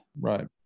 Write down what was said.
right